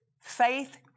Faith